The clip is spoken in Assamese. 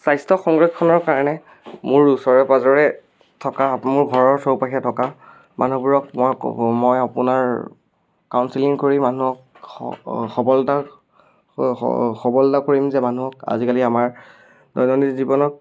স্বাস্থ্য সংৰক্ষণৰ কাৰণে মোৰ ওচৰে পাজৰে থকা মোৰ ঘৰৰ চৌপাশে থকা মানুহবোৰক মই মই আপোনাৰ কাউন্সিলিং কৰি মানুহক সবলতাৰ সবলতা কৰিম যে মানুহক আজিকালি আমাৰ দৈনন্দিন জীৱনত